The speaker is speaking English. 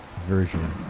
version